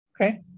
Okay